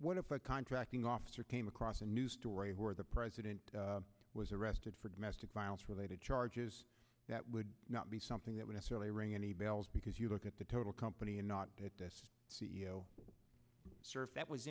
what if a contracting officer came across a news story or the president was arrested for domestic violence related charges that would not be something that would necessarily ring any bells because you look at the total company and not that this c e o sir if that was